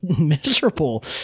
miserable